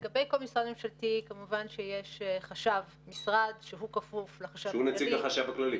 לגבי כל משרד ממשלתי כמובן שיש חשב משרד שכפוף לחשב הכללי,